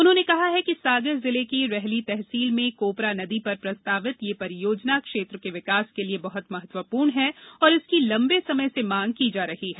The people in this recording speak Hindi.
उन्होंने कहा है कि सागर जिले की रेहली तहसील में कोपरा नदी पर प्रस्तावित ये परियोजना क्षेत्र के विकास के लिए बहुत महत्वपूर्ण है और इसकी लंबे समय से मांग की जा रही है